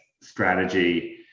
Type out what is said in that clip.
strategy